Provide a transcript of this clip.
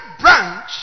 branch